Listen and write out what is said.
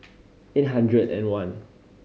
eight hundred and one